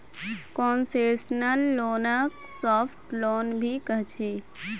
concessional लोनक soft loan भी कह छे